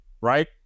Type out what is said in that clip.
Right